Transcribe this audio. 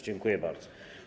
Dziękuję bardzo.